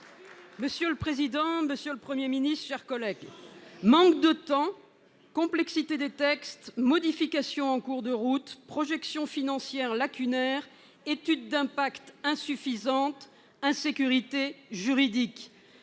Monsieur le président, monsieur le Premier ministre, mes chers collègues, manque de temps, complexité des textes, modifications en cours de route, projections financières lacunaires, étude d'impact insuffisante, insécurité juridique